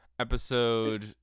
episode